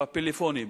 בפלאפונים.